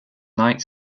night